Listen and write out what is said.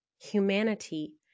humanity